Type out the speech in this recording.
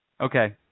Okay